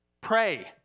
Pray